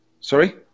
Sorry